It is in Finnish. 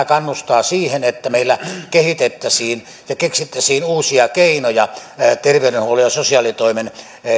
kannustaa siihen että meillä kehitettäisiin ja keksittäisiin uusia keinoja terveydenhuollon ja sosiaalitoimen